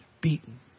beaten